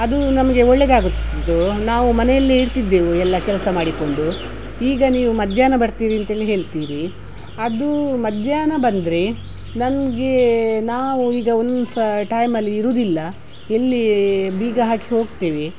ಅದು ನಮಗೆ ಒಳ್ಳೆಯದಾಗುತ್ತಿದ್ದು ನಾವು ಮನೆಯಲ್ಲೇ ಇರ್ತಿದ್ದೆವು ಎಲ್ಲ ಕೆಲಸ ಮಾಡಿಕೊಂಡು ಈಗ ನೀವು ಮಧ್ಯಾಹ್ನ ಬರ್ತೀವಿ ಅಂತೇಳಿ ಹೇಳ್ತೀರಿ ಅದು ಮಧ್ಯಾಹ್ನ ಬಂದರೆ ನಮ್ಗೆ ನಾವು ಈಗ ಒಂದು ಸಾ ಟೈಮಲ್ಲಿ ಇರುವುದಿಲ್ಲ ಎಲ್ಲಿ ಬೀಗ ಹಾಕಿ ಹೋಗ್ತೇವೆ